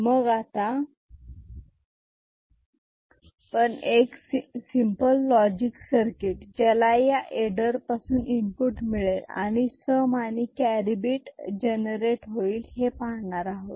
मग आता पण एक सिंपल लॉजिक सर्किट ज्याला या एडर पासून इनपुट मिळेल आणि सम आणि कॅरी बिट जनरेट होईल हे पाहणार आहोत